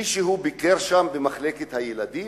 מישהו ביקר שם במחלקת הילדים?